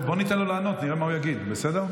טוב, בוא ניתן לו לענות, נראה מה הוא יגיד, בסדר?